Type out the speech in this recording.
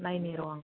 अ' नायनि र' आं